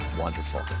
wonderful